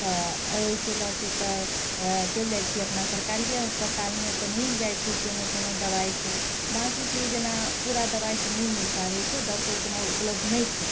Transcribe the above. तऽ ओहिके लऽ कऽ तऽ चलि जाइ छी अपना सरकारिये अस्पतालमे तऽ मिल जाइ छै कोनो कोनो दवाइ सभ बाँकी कि जेना पूरा दवाइ सभ नहि मिल पाबै छै डॉक्टर उतना उपलब्ध नहि छै